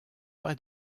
pas